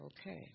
okay